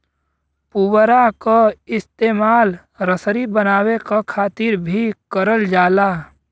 पुवरा क इस्तेमाल रसरी बनावे क खातिर भी करल जाला